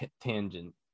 tangent